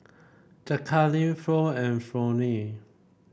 Jacalyn Floy and Flonnie